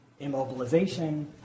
immobilization